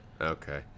Okay